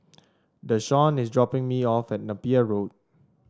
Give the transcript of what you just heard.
Dashawn is dropping me off at Napier Road